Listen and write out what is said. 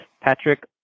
Patrick